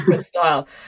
style